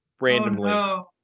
randomly